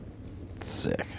Sick